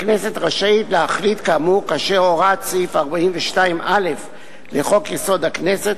הכנסת רשאית להחליט כאמור כאשר הוראות סעיף 42א לחוק-יסוד: הכנסת